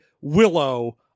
Willow